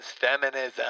Feminism